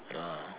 ah